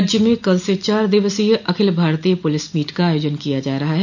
राज्य में कल से चार दिवसीय अखिल भारतीय पुलिस मीट का आयोजन किया जा रहा है